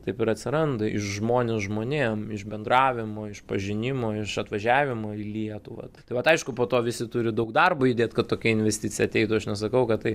taip ir atsiranda iš žmonės žmonėm iš bendravimo išpažinimo iš atvažiavimo į lietuvą tai vat aišku po to visi turi daug darbo įdėt kad tokia investicija ateitų aš nesakau kad tai